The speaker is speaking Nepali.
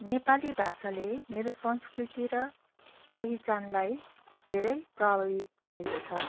नेपाली भाषाले मेरो संस्कृति र पहिचानलाई धेरै प्रभावित गरेको छ